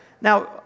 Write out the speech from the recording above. now